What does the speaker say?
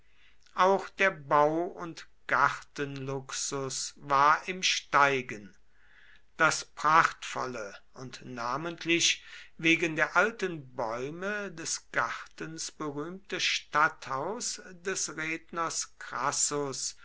auch der bau und gartenluxus war im steigen das prachtvolle und namentlich wegen der alten bäume des gartens berühmte stadthaus des redners crassus